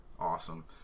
Awesome